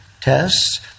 tests